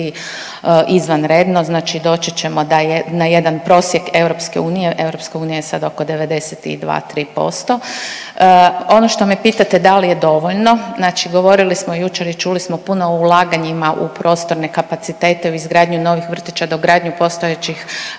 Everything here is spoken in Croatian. izvanredno, znači doći ćemo na jedan prosjek EU, EU je sad oko 92-'3%. Ono što me pitate da li je dovoljno, znači govorili smo jučer i čuli smo puno o ulaganjima u prostorne kapacitete, u izgradnju novih vrtića, dogradnju postojećih,